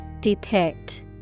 Depict